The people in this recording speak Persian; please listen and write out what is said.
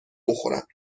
بخورم